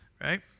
right